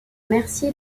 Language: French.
merci